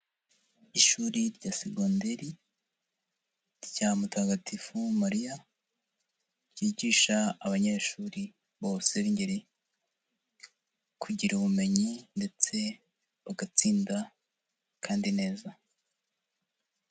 Ishuri rya segonderi rya Mutagatifu Mariya ryigisha abanyeshuri bose b'ingeri kugira ubumenyi ndetse bagatsinda kandi neza.